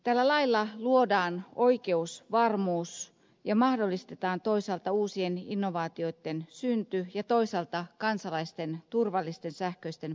tällä lailla luodaan oikeusvarmuus ja mahdollistetaan toisaalta uusien innovaatioitten synty ja toisaalta kansalaisten turvallisten sähköisten palvelujen käyttö